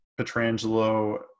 Petrangelo